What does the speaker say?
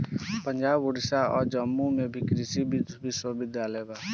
पंजाब, ओडिसा आ जम्मू में भी कृषि विश्वविद्यालय बा